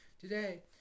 Today